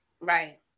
Right